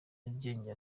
nyarugenge